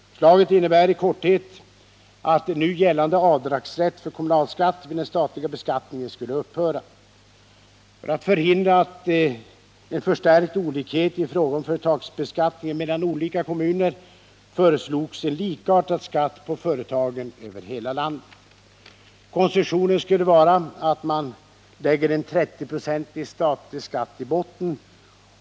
Förslaget innebär i korthet att nu gällande avdragsrätt för kommunalskatt vid den statliga beskattningen skulle upphöra. För att förhindra en förstärkt olikhet i fråga om företagsbeskattningen mellan olika kommuner föreslogs en likartad skatt på företagen över hela landet. Konstruktionen skulle vara den att man lägger en 30-procentig statlig skatt i botten.